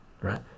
right